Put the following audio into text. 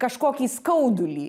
kažkokį skaudulį